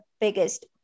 biggest